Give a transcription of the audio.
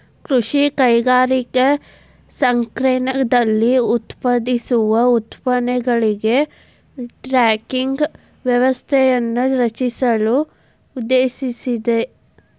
ಕೃಷಿ ಕೈಗಾರಿಕಾ ಸಂಕೇರ್ಣದಲ್ಲಿ ಉತ್ಪಾದಿಸುವ ಉತ್ಪನ್ನಗಳಿಗೆ ಟ್ರ್ಯಾಕಿಂಗ್ ವ್ಯವಸ್ಥೆಯನ್ನು ರಚಿಸಲು ಉದ್ದೇಶಿಸಿದೆ